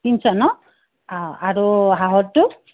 তিনশ ন আৰু হাঁহৰটো